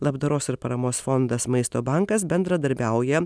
labdaros ir paramos fondas maisto bankas bendradarbiauja